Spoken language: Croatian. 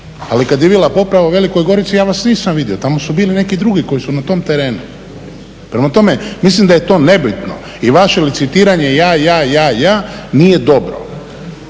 Ali kada je bila poplava u Velikoj Gorici, ja vas nisam vidio, tamo su bili neki drugi koji su na tom terenu. Prema tome, mislim da je to nebitno i vaše licitiranje ja, ja, ja, ja nije dobro.